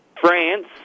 France